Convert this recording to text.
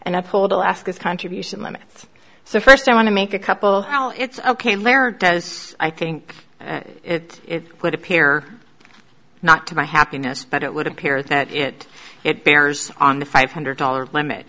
and i pulled alaska's contribution limits so first i want to make a couple well it's ok lehrer does i think it would appear not to my happiness but it would appear that it it bears on the five hundred dollars limit